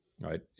right